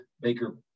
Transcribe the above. Baker